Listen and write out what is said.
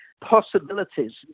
possibilities